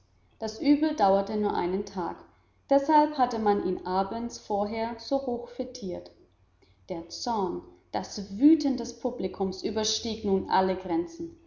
das übel dauerte nur den einen tag deshalb hatte man ihn abends vorher so hoch fetiert der zorn das wüten des publikums überstieg nun alle grenzen